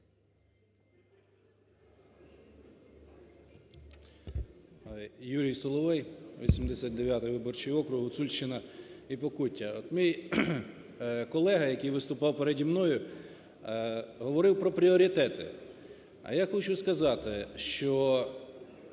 Юрій Соловей, 89 виборчий округ, Гуцульщина і Покуття. От мій колега, який виступав перед мною, говорив про пріоритети, а я хочу сказати, що